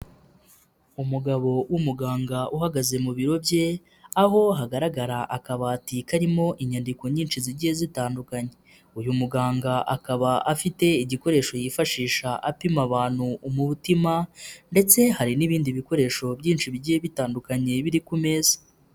Umugabo w'umuganga uhagaze mu biro bye, aho hagaragara akabati karimo inyandiko nyinshi zigiye zitandukanye, uyu muganga akaba afite igikoresho yifashisha apima abantu umutima ndetse hari n'ibindi bikoresho byinshi bigiye bitandukanye biri ku meza.